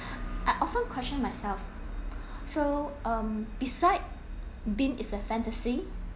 I often question myself so um besides being as a fantasy